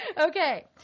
Okay